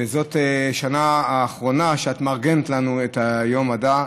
וזאת השנה האחרונה שאת מארגנת לנו את יום המדע.